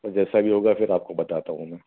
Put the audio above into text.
फिर जैसा भी होगा फिर आपको बताता हूँ मैं